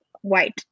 white